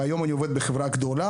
והיום אני עובד בחברה גדולה,